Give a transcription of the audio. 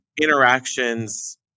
interactions